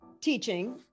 teaching